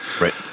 right